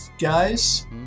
guys